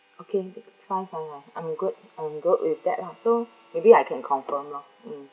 okay five ah I'm good I'm good with that lah so maybe I can confirm lah mm